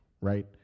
right